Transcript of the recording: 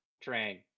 train